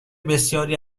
بسیاری